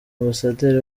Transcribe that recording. ambasaderi